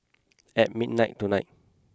at midnight tonight